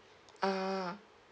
ah